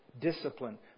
discipline